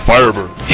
Firebird